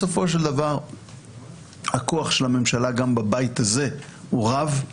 בסופו של דבר הכוח של הממשלה גם בבית הזה הוא רב,